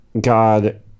God